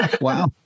Wow